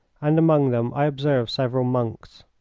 and among them i observed several monks.